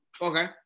Okay